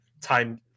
time